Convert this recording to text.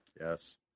Yes